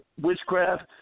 witchcraft